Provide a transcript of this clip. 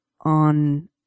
on